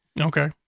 Okay